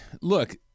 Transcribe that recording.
look